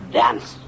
dance